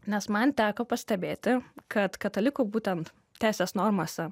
nes man teko pastebėti kad katalikų būtent teisės normose